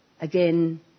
Again